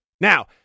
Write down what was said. Now